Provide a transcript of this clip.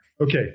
Okay